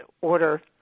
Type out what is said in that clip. order